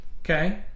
okay